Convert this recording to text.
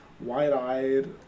wide-eyed